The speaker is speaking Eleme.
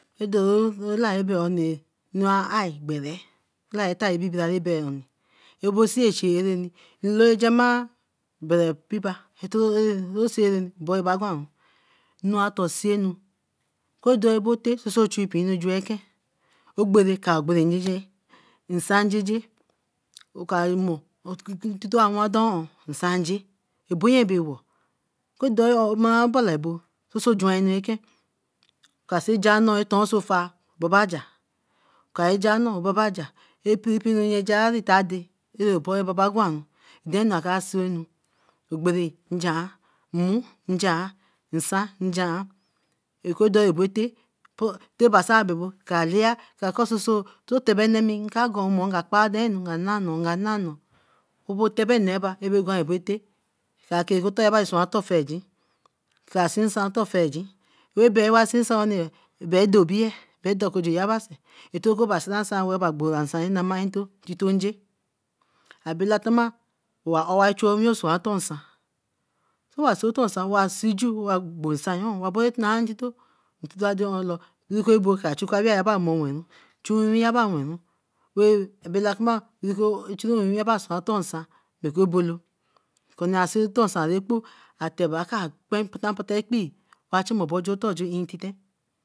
Edore lai oniye, anu ra eyeh gbere, lai bibira ebeh oni oo. Abo si echi areni. nloo ra jamah bere pipa toro ereni oboyo ba gwanru. Enu atah sianu, ko doribotay so so chuey apinu juenken. Ogbore ka ogbore njeje, nsan njeje okai mo ntito a wan daon nsan je eboye baewo. Ko dei mara bala ebo so so juen anu eken, ka si jah nnoo ra tuenso afar babae ja kari ja nor, baba ja. kari jar nor baba ja, piri piri anu nye jaeri tadai oboto baba gwanru, denu ka kara sianu. Ogbere njian, mmu njian, nsan njian. Oku dorribetui, tai basa bebo kai laiya kor soso o tebe nemi nka gon omo kai denu nka nah, nka na noor bobo tebe neba bae gwan abote, ka kei otor jeba swan ofeigin weeh bie wa seen nsan ooni beh do obi eh, beh de okojonyeba sey. oku weey bae siran nsan weeh weeh eba gbora nsan ra nama ntito, ntito nje abele tama owa ore wa chuen owiyo toan otor nsan. Towa see otor nsan owa see ju wa gbo nsanyor wa bare kparan ntito. Ntito de or loo, oku abo kra chu oku awee ya ba wen moru, chu wiwi eba wenru. Abala kuma churi wiwi ba chua otor nsan oku obolo kone a se oton nsan ekpo ateh bra kaha akpen mpata mpata ekpee a chomobo jor otor ju ntiten.